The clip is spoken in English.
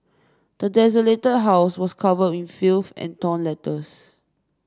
the desolated house was covered in filth and torn letters